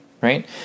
Right